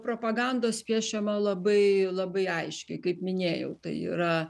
propagandos piešiama labai labai aiškiai kaip minėjau tai yra